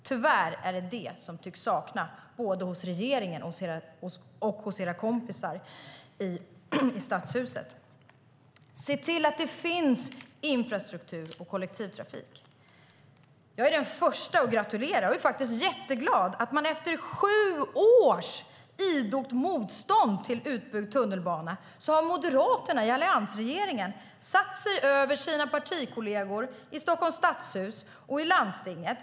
Tyvärr är det detta som tycks saknas både hos regeringen och hos era kompisar i Stadshuset. Se till att det finns infrastruktur och kollektivtrafik! Jag är den första att gratulera - jag är jätteglad för det - till att moderaterna i alliansregeringen efter sju års idogt motstånd mot utbyggd t-bana har satt sig över sina partikolleger i Stockholms stadshus och i landstinget.